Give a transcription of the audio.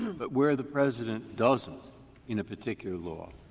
but where the president doesn't in a particular law,